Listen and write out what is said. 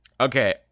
Okay